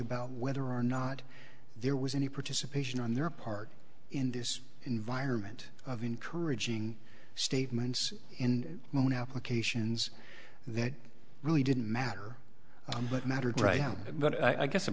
about whether or not there was any participation on their part in this environment of encouraging statements in one applications that really didn't matter i'm but matters right but i guess